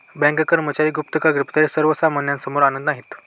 bank कर्मचारी गुप्त कागदपत्रे सर्वसामान्यांसमोर आणत नाहीत